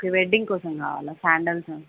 ఓక వెడ్డింగ్ కోసం కావాలా శాండల్స్